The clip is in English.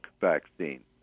vaccine